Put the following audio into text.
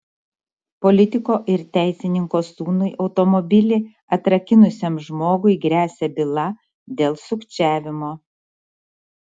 politiko ir teisininko sūnui automobilį atrakinusiam žmogui gresia byla dėl sukčiavimo